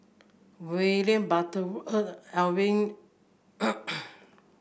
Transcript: William Butterworth Edwin